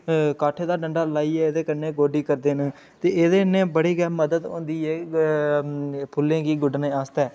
काठे दा डंडा लाइयै एह्दे कन्नै गोड्डी करदे न ते एह्दे ने बड़ी गै मदद होंदी ऐ ग फुल्लें गी गुड्डने आस्तै